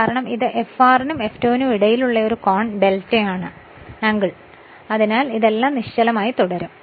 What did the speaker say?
അതിനാൽ ഇതെല്ലാം നിശ്ചലമായിരിക്കും കാരണം ഇത് Fr നും F2 നും ഇടയിലുള്ള ആംഗിൾ ഡെൽറ്റയാണ് അതിനാൽ ഇതെല്ലാംനിശ്ചലമായി തുടരും